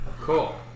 Cool